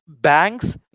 Banks